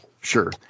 Sure